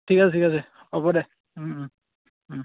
ঠিক আছে ঠিক আছে হ'ব দে